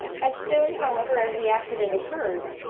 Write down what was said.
as soon, however, as the accident occurred,